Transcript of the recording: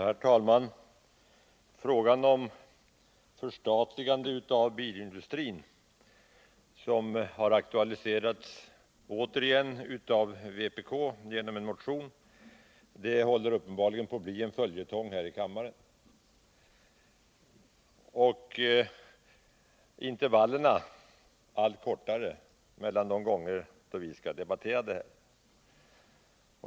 Herr talman! Frågan om förstatligande av bilindustrin, som återigen har aktualiserats av vpk genom en motion, håller uppenbarligen på att bli en följetong här i kammaren, med allt kortare intervaller mellan de gånger då vi skall debattera den.